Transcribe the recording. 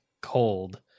cold